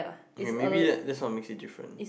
maybe that that some makes it differences